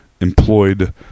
Employed